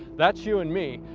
that's you and me,